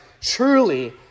truly